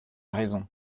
raison